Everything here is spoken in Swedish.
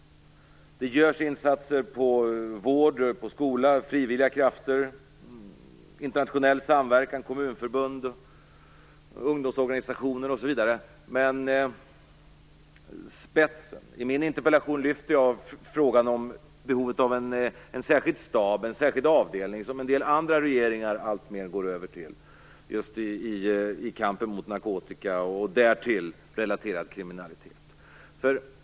Det görs insatser inom vård, skola, frivilliga krafter, internationell samverkan, kommunförbund, ungdomsorganisationer osv., men hur är det med spetsen? I min interpellation lyfte jag fram frågan om behovet av en särskild stab, avdelning, som en del andra regeringar alltmer går över till i kampen mot narkotika och därtill relaterad kriminalitet.